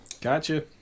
Gotcha